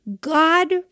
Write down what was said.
God